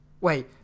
Wait